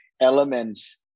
elements